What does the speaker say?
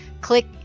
Click